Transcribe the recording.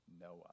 Noah